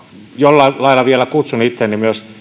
jollain lailla vielä kutsun itseäni myös